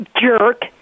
jerk